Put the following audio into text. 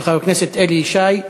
של חבר הכנסת אלי ישי,